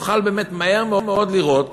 נוכל מהר מאוד לראות